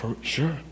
sure